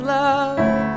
love